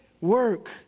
work